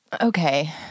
Okay